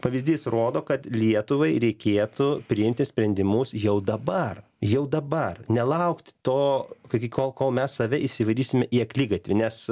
pavyzdys rodo kad lietuvai reikėtų priimti sprendimus jau dabar jau dabar nelaukti to iki ko kol mes save įsivarysime į akligatvį nes